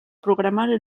programari